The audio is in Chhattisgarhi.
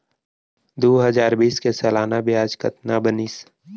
दू हजार बीस के सालाना ब्याज कतना बनिस?